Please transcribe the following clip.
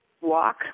walk